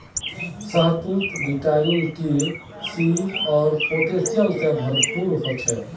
शहतूत vitamin K, C आर potassium से भरपूर ह छे